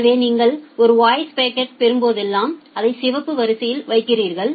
எனவே நீங்கள் ஒரு வாய்ஸ் பாக்கெட் பெறும்போதெல்லாம் அதை சிவப்பு வரிசையில் வைக்கிறீர்கள்